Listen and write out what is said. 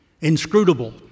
inscrutable